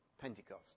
Pentecost